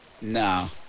No